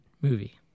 movie